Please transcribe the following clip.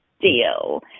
deal